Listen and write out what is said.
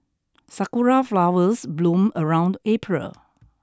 sakura flowers bloom around April